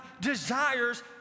desires